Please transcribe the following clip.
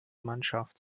mannschaft